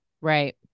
Right